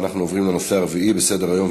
אנחנו עוברים לנושא הרביעי בסדר-היום,